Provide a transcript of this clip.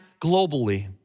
globally